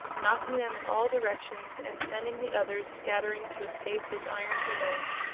knocking them in all directions and sending the others scattering to escape his iron heels.